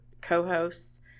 co-hosts